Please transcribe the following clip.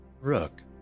Rook